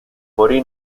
morì